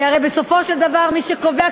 הרי בסופו של דבר מי שקובע,